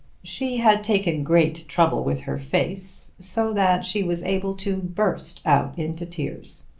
she had taken great trouble with her face, so that she was able to burst out into tears.